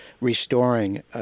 restoring